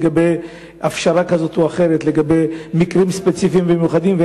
לגבי הפשרה כזאת או אחרת במקרים ספציפיים ומיוחדים,